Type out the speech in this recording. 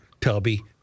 Tubby